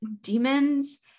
demons